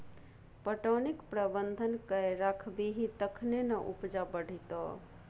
पटौनीक प्रबंधन कए राखबिही तखने ना उपजा बढ़ितौ